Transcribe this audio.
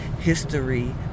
history